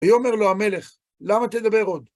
ויאמר לו המלך: למה תדבר עוד?